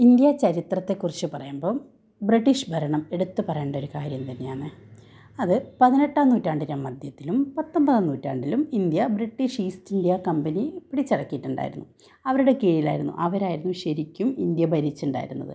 India ചരിത്രത്തെ കുറിച്ച് പറയുമ്പം ബ്രിട്ടീഷ് ഭരണം എടുത്ത് പറയേണ്ടൊരു കാര്യം തന്നെയാണ് അത് പതിനെട്ടാം നൂറ്റാണ്ടിൻ്റെ മധ്യത്തിലും പത്തൊൻപതാം നൂറ്റാണ്ടിലും India British East India company പിടിച്ചടക്കിയിട്ടുണ്ടായിരുന്നു അവരുടെ കീഴില് ആയിരുന്നു അവരായിരുന്നു ശരിക്കും ഇന്ത്യ ഭരിച്ചിട്ടുണ്ടായിരുന്നത്